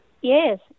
yes